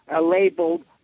labeled